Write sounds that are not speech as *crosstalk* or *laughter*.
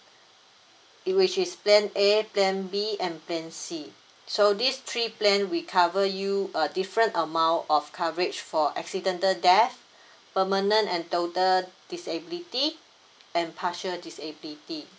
it which is plan A plan B and plan C so this three plan we cover you a different amount of coverage for accidental death *breath* permanent and total disability and partial disability